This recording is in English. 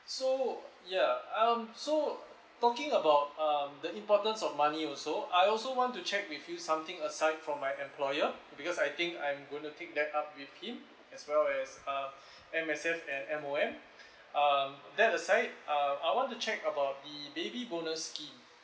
so ya um so talking about um the importance of money also I also want to check with you something aside from my employer because I think I'm going to take that up with him as well as uh M_S_F and M_O_M um that aside uh I want to check about the baby bonus scheme